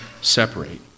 separate